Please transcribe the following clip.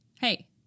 Hey